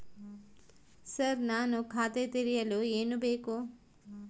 Sir ನಾನು ಖಾತೆ ತೆರೆಯಲು ಏನು ಬೇಕು?